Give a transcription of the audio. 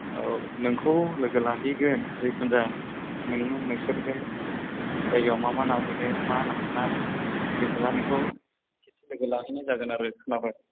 औ नोंखौ लोगो लाहैगोन जेखुनजाया नोंल' नोंसोर बे जायगायाव मा मा ना मोनो मा ना मोना जेखुनजाया नोंखौ खेबसे लोगो लाहैनाय जागोन आरो खोनाबाय